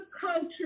culture